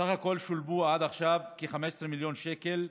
בסך הכול שולמו עד עכשיו כ-15 מיליון שקל.